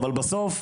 אבל בסוף,